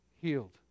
Healed